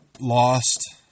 lost